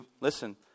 Listen